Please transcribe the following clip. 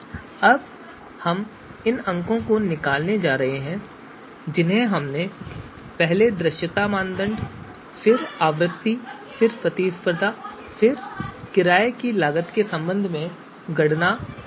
तो अब हम इन अंकों को निकालने जा रहे हैं जिन्हें हमने पहले दृश्यता मानदंड फिर आवृत्ति फिर प्रतिस्पर्धा और फिर किराए की लागत के संबंध में गणना की है